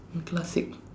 classic